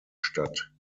statt